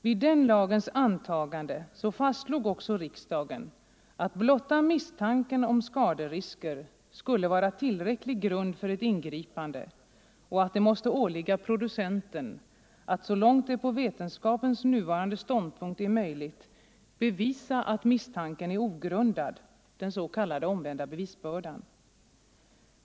Vid den lagens antagande fastslog också riksdagen att blotta misstanken om skaderisker skulle vara tillräcklig grund för ett ingripande och att det måste åligga producenten att, så långt det på vetenskapens nuvarande ståndpunkt är möjligt, bevisa att misstanken är ogrundad — den s.k. omvända bevisbördan.